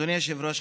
אדוני היושב-ראש,